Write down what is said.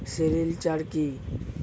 Sericulture কি?